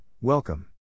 welcome